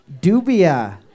Dubia